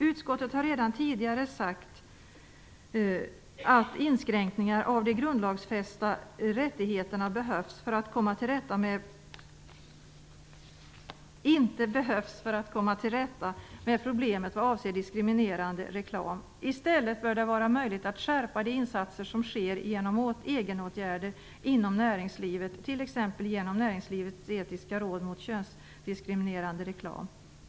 Utskottet har redan tidigare sagt att inskränkningar av de grundlagsfästa rättigheterna inte behövs för att komma till rätta med problemen vad avser diskriminerande reklam. I stället bör det vara möjligt att skärpa de insatser som görs genom egenåtgärder inom näringslivet, t.ex. genom näringslivets etiska råd mot könsdiskriminerande reklam.